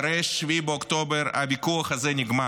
אחרי 7 באוקטובר הוויכוח הזה נגמר.